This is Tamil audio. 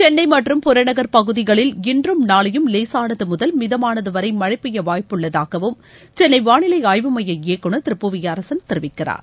சென்னை மற்றும் புறநகர் பகுதிகளில் இன்றும் நாளையும் லேசானது முதல் மிதமானது வரை மழை பெய்ய வாய்ப்புள்ளதாகவும் சென்னை வானிலை ஆய்வு மைய இயக்குநர் திரு புவியரசன் தெரிவிக்கிறார்